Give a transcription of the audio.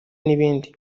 n’ibindi